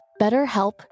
BetterHelp